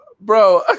bro